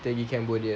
dia pergi cambodia